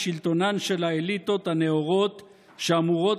היא שלטונן של האליטות הנאורות שאמורות